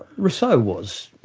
rousseau was,